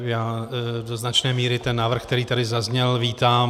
Já do značné míry ten návrh, který tady zazněl, vítám.